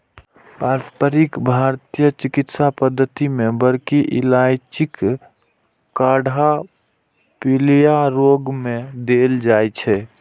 पारंपरिक भारतीय चिकित्सा पद्धति मे बड़की इलायचीक काढ़ा पीलिया रोग मे देल जाइ छै